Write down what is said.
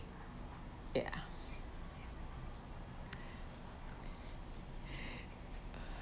ya